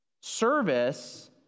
Service